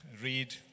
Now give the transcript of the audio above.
read